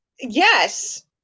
yes